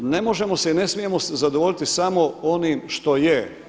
Ne možemo se i ne smijemo zadovoljiti samo onim što je.